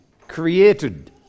created